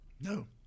No